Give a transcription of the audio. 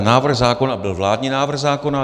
Návrh zákona byl vládní návrh zákona.